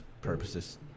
purposes